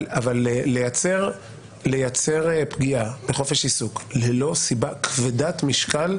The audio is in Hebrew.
לייצר פגיעה בחופש העיסוק ללא סיבה כבדת משקל,